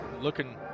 looking